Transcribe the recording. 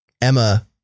Emma